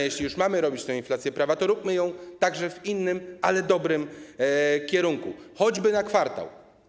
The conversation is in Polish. Jeśli już mamy robić tę inflację prawa, to róbmy ją także w innym, dobrym kierunku - choćby na kwartał.